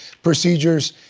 procedures,